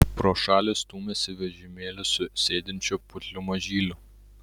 pro šalį stūmėsi vežimėlį su sėdinčiu putliu mažyliu